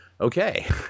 okay